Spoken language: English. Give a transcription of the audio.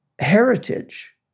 heritage